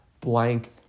blank